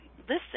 listen